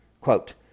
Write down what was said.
Quote